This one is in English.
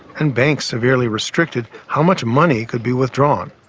and banks severely restricted how much money could be withdrawn.